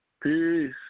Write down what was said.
Peace